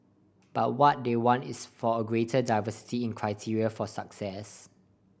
but what they want is for a greater diversity in criteria for success